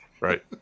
Right